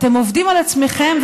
אתם עובדים על עצמכם,